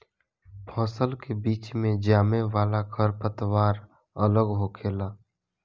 फसल के बीच मे जामे वाला खर पतवार अलग होखेला